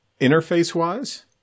Interface-wise